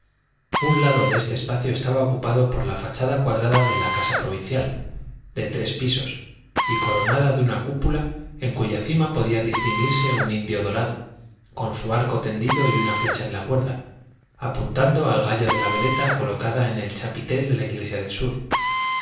un lado de este espacio estaba ocupado por la fachada cuadrada de la casa provincial de tres pisos y coronada de una cúpula en cuya cima podía distinguirse un indio dorado con su arco tendido y una flecha en la cuerda apuntando al gallo de la veleta colocada en el chapitel de la iglesia del sur